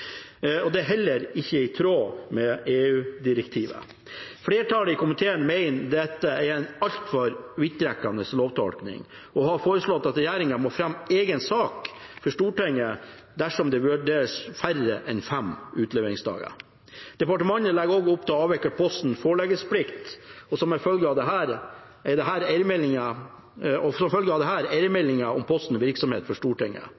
det er heller ikke i tråd med EU-direktivet. Flertallet i komiteen mener dette er en altfor vidtrekkende lovtolkning, og har foreslått at regjeringen må fremme egen sak for Stortinget dersom det vurderes færre enn fem utleveringsdager. Departementet legger også opp til å avvikle Postens foreleggelsesplikt for Stortinget, og som en følge av dette, eiermeldinger om Postens virksomhet. Det vil i realiteten si at beslutningen flyttes til styrerommet i Posten og